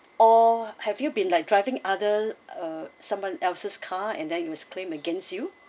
or have you been like driving other err someone else's car and then it was claim against you